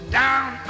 down